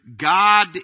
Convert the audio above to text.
God